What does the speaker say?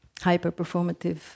hyper-performative